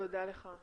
תודה לך.